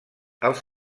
els